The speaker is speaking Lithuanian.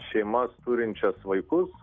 šeimas turinčias vaikus